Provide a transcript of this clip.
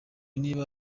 niba